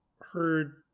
heard